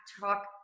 talk